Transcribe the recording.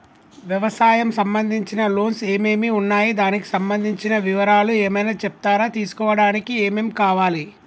వ్యవసాయం సంబంధించిన లోన్స్ ఏమేమి ఉన్నాయి దానికి సంబంధించిన వివరాలు ఏమైనా చెప్తారా తీసుకోవడానికి ఏమేం కావాలి?